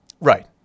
Right